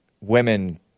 women